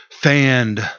fanned